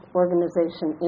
organization